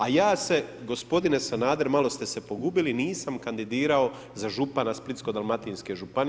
A ja se, gospodine Sanader, malo ste se pogubili, nisam kandidirao za župana Splitsko-dalmatinske županije.